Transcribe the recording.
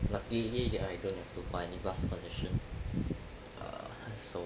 luckily I don't have to buy any bus concession err so